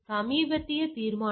918 ஐ வழங்குகிறது